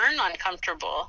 uncomfortable